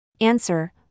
Answer